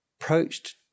approached